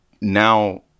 now